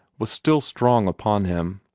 was still strong upon him.